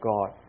God